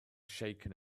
shaken